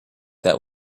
that